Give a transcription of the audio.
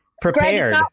prepared